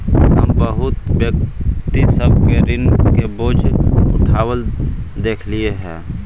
हम बहुत व्यक्ति सब के ऋण के बोझ उठाबित देखलियई हे